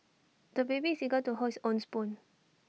the baby is eager to hold his own spoon